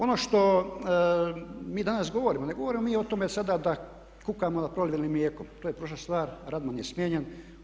Ono što mi danas govorimo, ne govorimo mi o tome sada da kukamo nad prolivenim mlijekom, to je prošla stva, Radman je smijenjen.